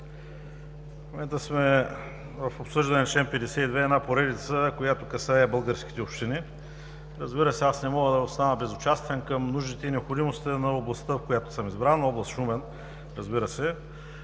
В момента сме в обсъждане на чл. 52, една поредица, която касае българските общини. Аз не мога да остана безучастен към нуждите и необходимостите на областта, в която съм избран – на област Шумен, разбира се.